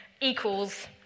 equals